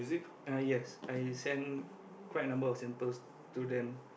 uh yes I send quite a number of samples to them